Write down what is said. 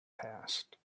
passed